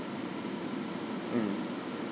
mm